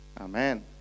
Amen